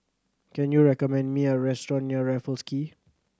can you recommend me a restaurant near Raffles Quay